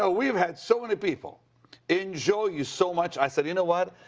ah we've had so many people enjoy you so much. i said, you know what?